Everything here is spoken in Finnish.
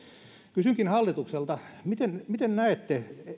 kysynkin hallitukselta miten miten näette